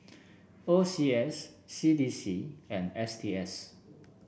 O C S C D C and S T S